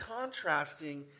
contrasting